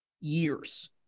years